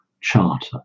charter